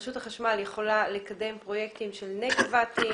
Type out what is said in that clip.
רשות החשמל יכולה לקדם פרויקטים של נגה וואטים,